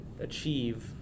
achieve